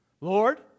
lord